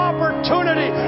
opportunity